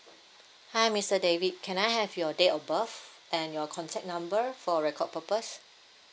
hi mister david can I have your date of birth and your contact number for record purpose